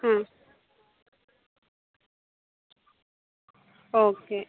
ആ ഓക്കെ